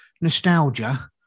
nostalgia